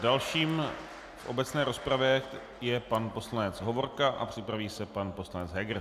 Dalším v obecné rozpravě je pan poslanec Hovorka, připraví se pan poslanec Heger.